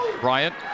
Bryant